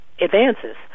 advances